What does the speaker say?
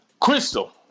Crystal